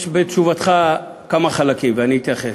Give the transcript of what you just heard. יש בתשובתך כמה חלקים, ואני אתייחס,